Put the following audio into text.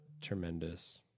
tremendous